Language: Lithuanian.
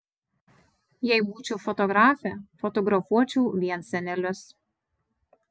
jei būčiau fotografė fotografuočiau vien senelius